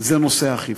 זה נושא האכיפה,